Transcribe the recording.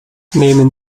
nehmen